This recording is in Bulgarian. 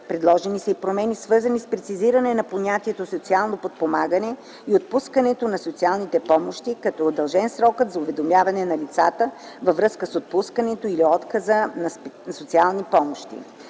Предложени са и промени, свързани с прецизиране на понятието „социално подпомагане” и отпускането на социалните помощи, като е удължен срокът за уведомяване на лицата във връзка с отпускането или отказа на социални помощи.